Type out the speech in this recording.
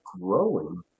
growing